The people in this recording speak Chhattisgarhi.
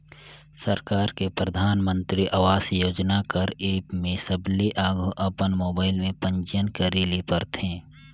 सरकार के परधानमंतरी आवास योजना कर एप में सबले आघु अपन मोबाइल में पंजीयन करे ले परथे